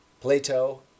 Plato